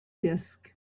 disk